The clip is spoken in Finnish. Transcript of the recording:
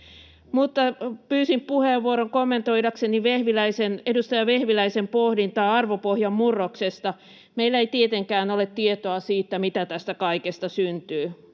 pyysin puheenvuoron kommentoidakseni edustaja Vehviläisen pohdintaa arvopohjan murroksesta. Meillä ei tietenkään ole tietoa siitä, mitä tästä kaikesta syntyy.